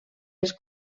els